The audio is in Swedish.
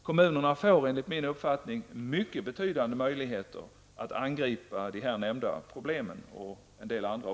Kommunerna får enligt min uppfattning mycket betydande möjligheter att angripa dessa nämnda problem och även en del andra.